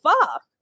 fuck